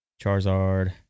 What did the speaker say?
Charizard